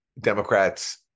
Democrats